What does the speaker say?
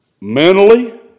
mentally